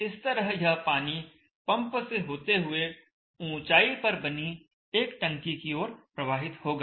इस तरह यह पानी पंप से होते हुए ऊंचाई पर बनी एक टंकी की ओर प्रवाहित होगा